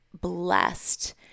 blessed